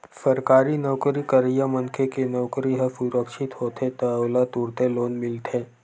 सरकारी नउकरी करइया मनखे के नउकरी ह सुरक्छित होथे त ओला तुरते लोन मिलथे